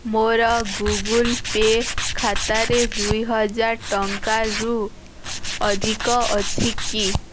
ମୋର Google Pay ଖାତାରେ ଦୁଇହାଜର ଟଙ୍କାରୁ ଅଧିକ ଅଛି କି